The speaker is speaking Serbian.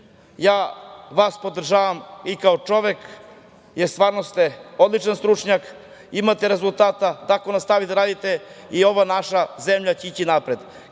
podržavam vas i kao čovek, jer stvarno ste odličan stručnjak, imate rezultata, tako nastavite da radite i ova naša zemlja će ići napred.